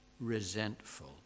resentful